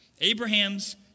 Abraham's